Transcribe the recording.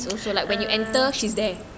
uh